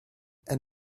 and